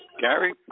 Gary